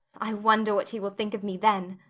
i wonder what he will think of me then.